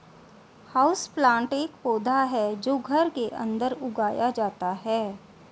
houseplant एक पौधा है जो घर के अंदर उगाया जाता है